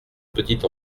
petite